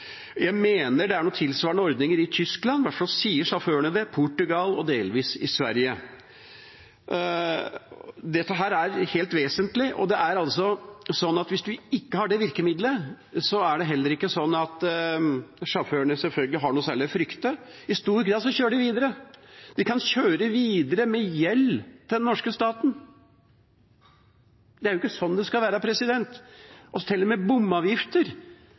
Jeg mener det er tilsvarende ordninger i Tyskland – i hvert fall sier sjåførene det – i Portugal og delvis i Sverige. Dette er helt vesentlig. Hvis man ikke har det virkemiddelet, har selvfølgelig heller ikke sjåførene noe særlig å frykte. I stor grad kjører de videre. De kan kjøre videre med gjeld til den norske staten. Det er jo ikke sånn det skal være. Til og med bomavgifter